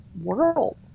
worlds